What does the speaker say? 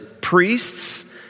priests